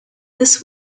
this